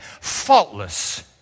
Faultless